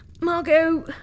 Margot